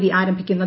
V ആരംഭിക്കുന്നത്